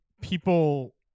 people